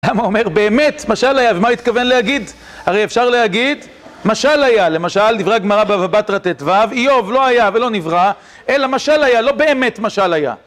למה הוא אומר באמת משל היה, ומה הוא התכוון להגיד? הרי אפשר להגיד משל היה, למשל, דברי הגמרא בבא בתרא ט"ו, איוב, לא היה ולא נברא אלא משל היה, לא באמת משל היה